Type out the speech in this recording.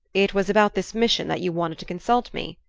it was about this mission that you wanted to consult me?